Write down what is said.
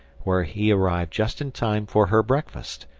where he arrived just in time for her breakfast,